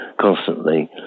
constantly